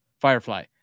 Firefly